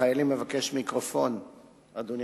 אדוני